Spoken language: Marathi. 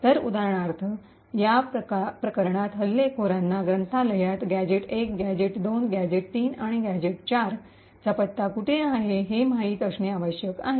तर उदाहरणार्थ या प्रकरणात हल्लेखोरांना ग्रंथालयात गॅझेट 1 गॅझेट 2 गॅझेट 3 आणि गॅझेट 4 चा पत्ता कुठे आहे हे माहित असणे आवश्यक आहे